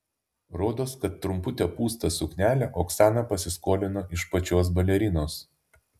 rodos kad trumputę pūstą suknelę oksana pasiskolino iš pačios balerinos